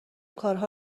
کارها